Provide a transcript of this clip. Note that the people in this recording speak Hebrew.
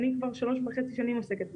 אני כבר 3.5 שנים עוסקת בזה,